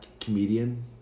comedian